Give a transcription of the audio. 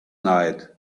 night